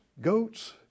goats